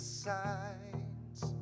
signs